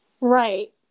Right